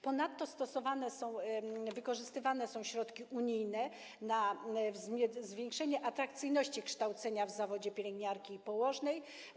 Ponadto wykorzystywane są środki unijne na zwiększenie atrakcyjności kształcenia w zawodzie pielęgniarki i położnej.